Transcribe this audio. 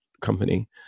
company